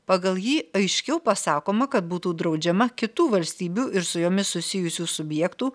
pagal jį aiškiau pasakoma kad būtų draudžiama kitų valstybių ir su jomis susijusių subjektų